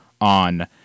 on